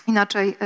Inaczej